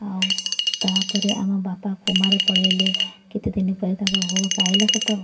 ଆଉ ତାପରେ ଆମ ବାପା କୋମାରେ ପଳେଇଲେ କେତେଦିନ ପରେ ତାଙ୍କ ହୋସ୍ ଆଇଲା ସତ